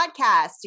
Podcast